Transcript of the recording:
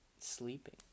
sleeping